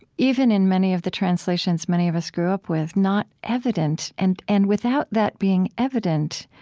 even in many of the translations many of us grew up with, not evident, and and without that being evident,